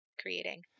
creating